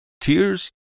Tears